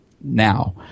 now